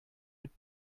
mit